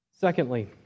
Secondly